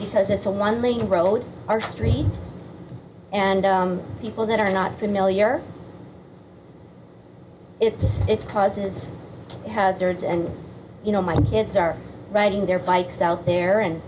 because it's a one lane road our street and people that are not familiar it's it causes hazards and you know my kids are riding their bikes out there and